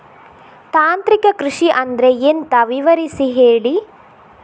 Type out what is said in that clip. ತಾಂತ್ರಿಕ ಕೃಷಿ ಅಂದ್ರೆ ಎಂತ ವಿವರಿಸಿ ಹೇಳಿ